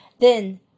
then